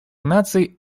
наций